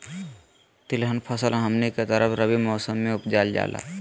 तिलहन फसल हमनी के तरफ रबी मौसम में उपजाल जाला